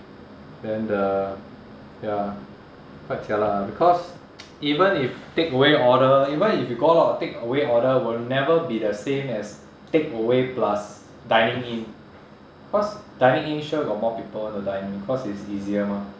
then the ya quite jialat ah because even if takeaway order even if you go out takeaway order will never be the same as takeaway plus dining in cause dining in sure got more people want to dine in cause it's easier mah